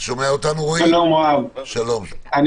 שלום רב, קודם כל, אני